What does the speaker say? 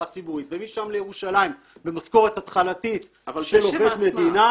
ציבורית ומשם לירושלים במשכורת התחלתית של עובד מדינה